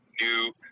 new